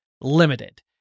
limited